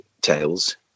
tales